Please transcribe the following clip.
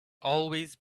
always